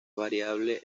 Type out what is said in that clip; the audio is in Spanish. variable